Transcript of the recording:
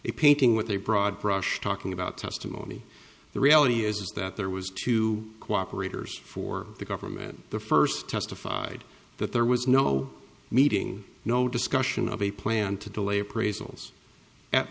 a painting with a broad brush talking about testimony the reality is that there was to cooperate years for the government the first testified that there was no meeting no discussion of a plan to delay appraisals at